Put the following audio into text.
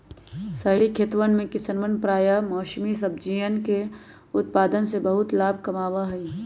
शहरी खेतवन में किसवन प्रायः बेमौसमी सब्जियन के उत्पादन से बहुत लाभ कमावा हई